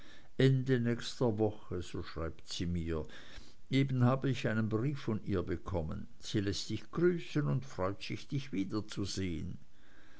ende nächster woche so schreibt sie mir eben habe ich einen brief von ihr bekommen sie läßt dich grüßen und freut sich dich wiederzusehen